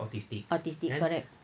autistic correct